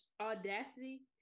audacity